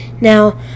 Now